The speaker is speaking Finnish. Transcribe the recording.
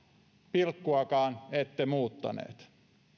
pilkkuakaan ette muuttaneet